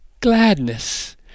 gladness